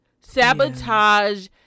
Sabotage